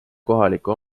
kohaliku